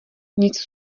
nic